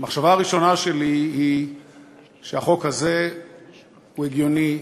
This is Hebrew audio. המחשבה הראשונה שלי היא שהחוק הזה הוא הגיוני,